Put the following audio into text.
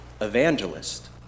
evangelist